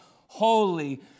holy